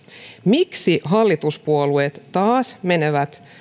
miksi hallituspuolueet taas menevät